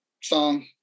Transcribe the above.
song